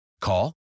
Call